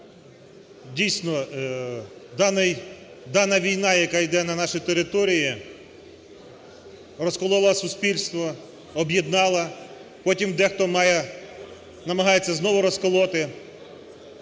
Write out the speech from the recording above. Дійсно, дана війна, яка йде на нашій території, розколола суспільство, об'єднала, потім дехто намагається знову розколоти.